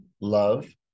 love